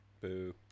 Boo